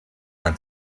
and